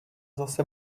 zase